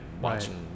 watching